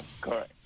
Correct